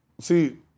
See